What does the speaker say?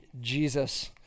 Jesus